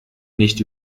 nicht